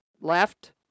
left